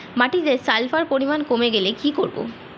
মাটিতে সালফার পরিমাণ কমে গেলে কি করব?